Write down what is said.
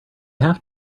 have